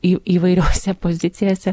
į įvairiose pozicijose